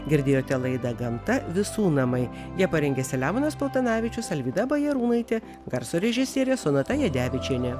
girdėjote laidą gamta visų namai ją parengė selemonas paltanavičius alvyda bajarūnaitė garso režisierė sonata jadevičienė